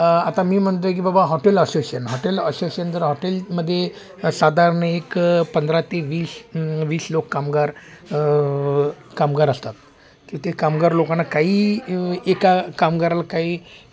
आता मी म्हणतो आहे की बाबा हॉटेल असोशिशन हॉटेल असोशिशन जर हॉटेलमध्ये साधारण एक पंधरा ते वीस वीस लोक कामगार कामगार असतात तर ते कामगार लोकांना काही एका कामगाराला काही